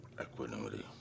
Equanimity